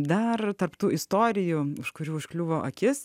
dar tarp tų istorijų iš kurių užkliuvo akis